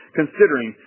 considering